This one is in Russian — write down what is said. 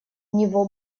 него